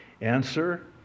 Answer